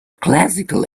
classical